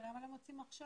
כן, למה לא מוציאים עכשיו?